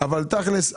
אבל תכלס,